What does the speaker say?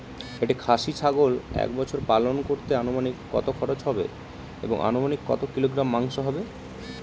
একটি খাসি ছাগল এক বছর পালন করতে অনুমানিক কত খরচ হবে এবং অনুমানিক কত কিলোগ্রাম মাংস হবে?